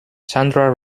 sandra